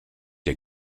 der